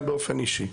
גם באופן אישי.